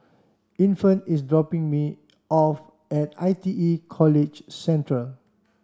Infant is dropping me off at I T E College Central